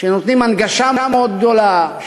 שנותנים הנגשה מאוד גדולה,